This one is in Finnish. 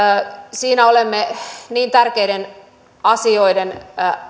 siinä olemme niin tärkeiden asioiden